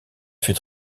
fut